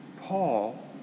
Paul